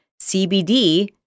CBD